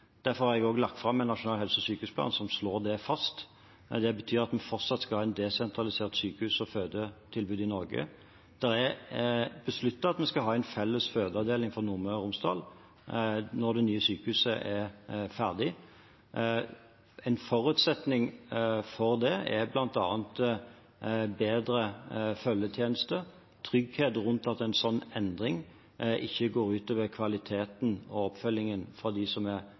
Derfor har jeg lagt fram en nasjonal helse- og sykehusplan som slår det fast. Det betyr at en fortsatt skal ha et desentralisert sykehus- og fødetilbud i Norge. Det er besluttet at vi skal ha en felles fødeavdeling for Nordmøre og Romsdal når det nye sykehuset er ferdig. En forutsetning for det er bl.a. bedre følgetjeneste, trygghet rundt at en slik endring ikke går ut over kvaliteten og oppfølgingen av dem som er